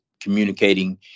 communicating